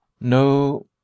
No